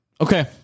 Okay